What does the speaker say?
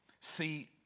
See